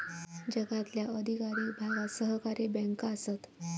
जगातल्या अधिकाधिक भागात सहकारी बँका आसत